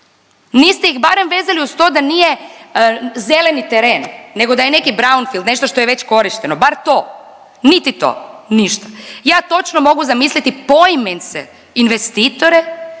Niste ih barem vezali uz to da nije zeleni teren, nego da je neki braunfield, nešto što je već korišteno, bar to, niti to, ništa. Ja točno mogu zamisliti poimence investitore